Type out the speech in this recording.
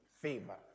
favor